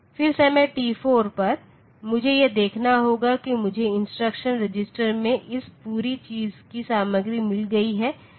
फिर समय t4 पर मुझे यह देखना होगा कि मुझे इंस्ट्रक्शन रजिस्टर में इस पूरी चीज़ की सामग्री मिल गई है